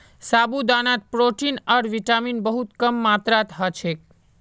साबूदानात प्रोटीन आर विटामिन बहुत कम मात्रात ह छेक